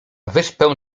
wyspę